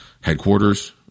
Headquarters